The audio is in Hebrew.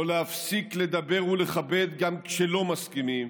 לא להפסיק לדבר ולכבד גם כשלא מסכימים